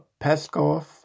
Peskov